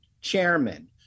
chairman